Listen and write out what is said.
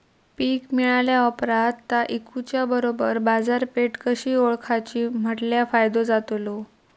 पीक मिळाल्या ऑप्रात ता इकुच्या बरोबर बाजारपेठ कशी ओळखाची म्हटल्या फायदो जातलो?